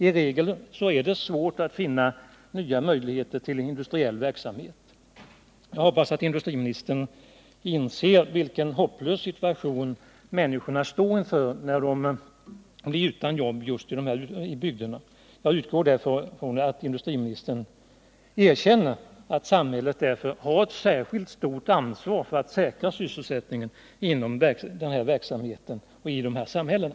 I regel är det svårt att finna nya möjligheter till industriell verksamhet. Jag hoppas att industriministern inser vilken hopplös situation människorna står inför, när de blir utan jobb just i dessa bygder. Jag utgår ifrån att industriministern erkänner att samhället därför har ett särskilt stort ansvar för att säkra sysselsättningen i glasbrukssamhällena.